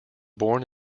born